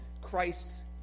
Christ's